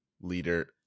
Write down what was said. leader